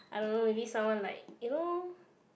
I don't know maybe someone like you know